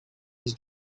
his